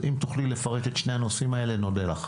אז אם תוכלי לפרט את שני הנושאים האלה, נודה לך.